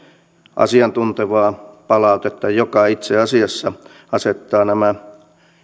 asiantuntevaa palautetta joka itse asiassa asettaa kyseenalaisiksi nämä